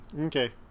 Okay